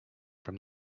from